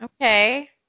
Okay